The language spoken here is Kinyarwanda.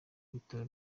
bitaro